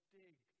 dig